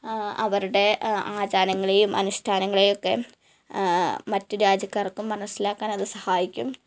അവരുടെ ആചാരങ്ങളേയും അനുഷ്ഠാനങ്ങളേയുമൊക്കെ മറ്റു രാജ്യക്കാര്ക്കും മൻസ്സിലാക്കാന് അത് സഹായിക്കും